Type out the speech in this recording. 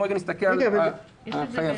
בואו נסתכל על החייבים,